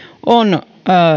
on